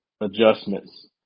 adjustments